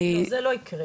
לא, זה לא יקרה.